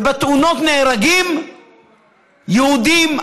ובתאונות נהרגים יהודים,